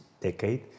decade